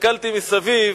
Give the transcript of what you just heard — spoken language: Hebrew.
הסתכלתי מסביב